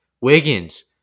Wiggins